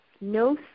no